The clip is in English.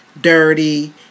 dirty